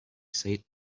said